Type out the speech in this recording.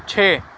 چھ